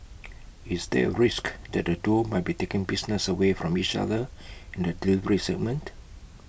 is there A risk that the duo might be taking business away from each other in the delivery segment